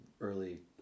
early